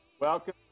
Welcome